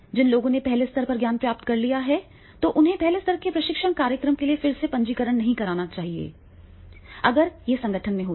जिन लोगों ने पहले स्तर पर ज्ञान प्राप्त कर लिया है तो उन्हें पहले स्तर के प्रशिक्षण कार्यक्रम के लिए फिर से पंजीकरण नहीं करना चाहिए अगर यह संगठन में होता है